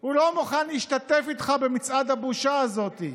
הוא לא מוכן להשתתף איתך בצעד הבושה הזה,